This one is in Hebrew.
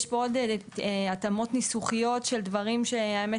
יש בו עוד התאמות ניסוחיות של דברים שהאמת